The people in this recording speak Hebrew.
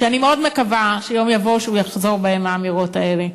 ואני מאוד מקווה שיום יבוא והוא יחזור בו מהאמירות האלה.